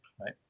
Right